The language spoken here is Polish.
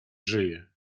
żyje